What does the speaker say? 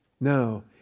No